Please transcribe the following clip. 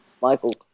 Michael